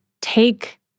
take